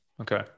okay